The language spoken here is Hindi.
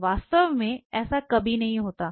वास्तव में ऐसा कभी नहीं होता है